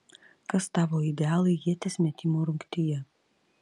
kas tavo idealai ieties metimo rungtyje